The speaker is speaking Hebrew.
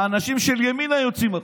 האנשים של ימינה יוצאים החוצה.